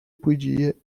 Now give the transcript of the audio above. podia